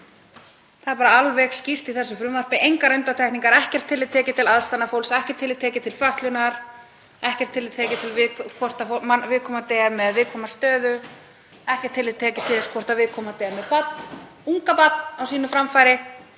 Það er bara alveg skýrt í þessu frumvarpi; engar undantekningar, ekkert tillit tekið til aðstæðna fólks, ekkert tillit tekið til fötlunar, ekkert tillit tekið til þess hvort viðkomandi er í viðkvæmri stöðu, ekkert tillit tekið til þess hvort viðkomandi er með barn, ungabarn, á sínu framfæri,